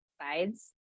sides